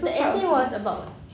the essay was about what